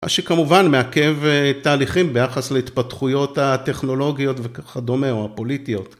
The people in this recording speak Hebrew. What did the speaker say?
מה שכמובן מעכב תהליכים ביחס להתפתחויות הטכנולוגיות וכדומה, או הפוליטיות.